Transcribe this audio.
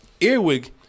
Earwig